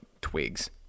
twigs